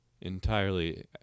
entirely